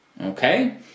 Okay